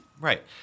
Right